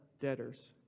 debtors